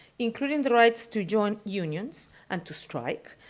including the rights to join unions and to strike.